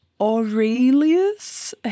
Aurelius